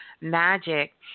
magic